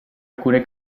alcune